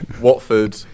Watford